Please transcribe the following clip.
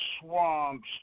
swamps